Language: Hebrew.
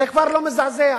זה כבר לא מזעזע.